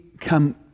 come